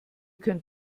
könnt